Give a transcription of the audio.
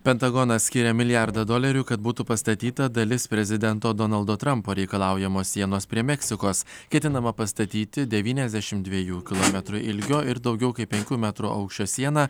pentagonas skyrė milijardą dolerių kad būtų pastatyta dalis prezidento donaldo trampo reikalaujamos sienos prie meksikos ketinama pastatyti devyniasdešimt dvejų kilometrų ilgio ir daugiau kaip penkių metrų aukščio sieną